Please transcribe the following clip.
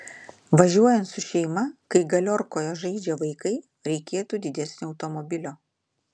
važiuojant su šeima kai galiorkoje žaidžia vaikai reikėtų didesnio automobilio